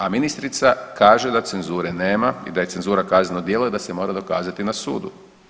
A ministrica kaže da cenzure nema i da je cenzura kazneno djelo i da se mora dokazati na sudu.